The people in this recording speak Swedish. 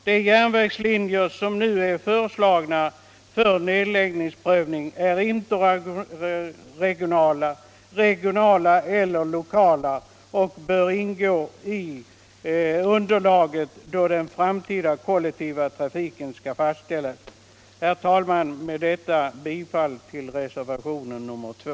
De järnvägslinjer som nu är föreslagna för nedläggningsprövning är interregionala, regionala eller lokala och bör ingå i underlaget då den framtida kollektiva trafiken skall fastställas. Herr talman! Med detta yrkar jag bifall till reservationen 2.